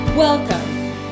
Welcome